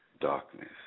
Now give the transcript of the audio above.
darkness